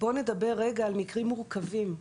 בוא נדבר רק על מקרים מורכבים.